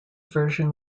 version